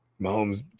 mahomes